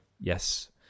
Yes